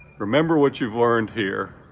remember what you've learned here?